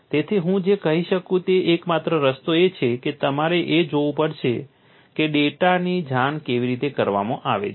તેથી હું જે કહી શકું તે એકમાત્ર રસ્તો એ છે કે તમારે એ જોવું પડશે કે ડેટાની જાણ કેવી રીતે કરવામાં આવે છે